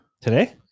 today